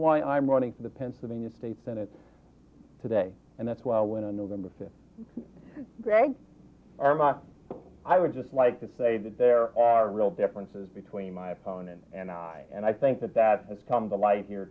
why i'm running for the pennsylvania state senate today and that's why i went on november fifth greg i would just like to say that there are real differences between my opponent and i and i think that that has come to light here